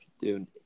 Dude